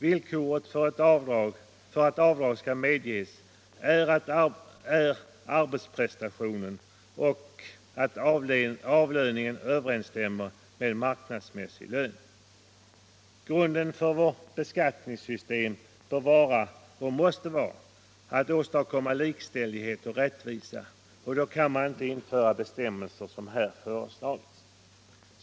Villkoret för att avdrag skall medges bör vara arbetsprestationen och att avlöningen överensstämmer med marknadsmässig lön. Grunden för vårt beskattningssystem bör och måste vara att åstadkomma likställighet och rättvisa, och då kan man inte införa sådana bestämmelser som här föreslagits.